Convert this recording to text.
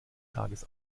tages